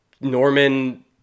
Norman